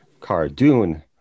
Cardoon